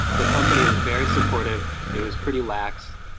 the company was very supportive, it was pretty lax.